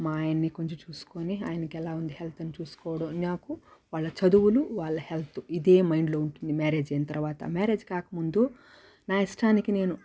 మా ఆయన్ని కొంచం చూసుకొని ఆయనకి ఎలా ఉంది హెల్త్ అని చూసుకోవడం నాకు వాళ్ళ చదువులు వాళ్ళ హెల్తు ఇదే మైండులో ఉంటుంది మ్యారేజ్ అయిన తర్వాత మ్యారేజ్ కాకముందు నా ఇష్టానికి నేను